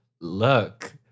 look